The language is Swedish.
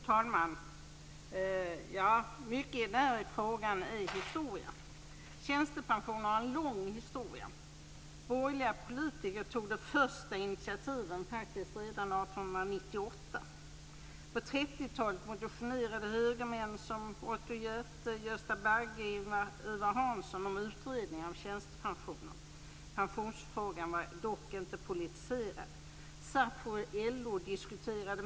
Fru talman! Mycket i den här frågan är historia. Tjänstepensionen har en lång historia. Borgerliga politiker tog faktiskt de första initiativen redan 1898. Gösta Bagge och Ivar Anderson om utredningar om tjänstepensioner. Pensionsfrågan var dock inte politiserad.